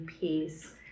peace